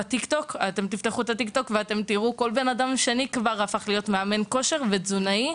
ב- Tik-TOK אפשר לראות שכל בן אדם שני הופך להיות מאמן כושר ותזונאי,